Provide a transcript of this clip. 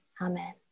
amen